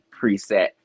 preset